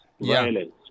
violence